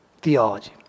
theology